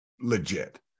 legit